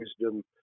wisdom